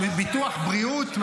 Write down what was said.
מביטוח בריאות?